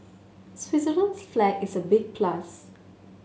Switzerland's flag is a big plus